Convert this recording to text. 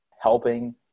helping